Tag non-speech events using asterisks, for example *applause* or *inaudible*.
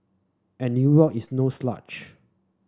and New York is no *unintelligible*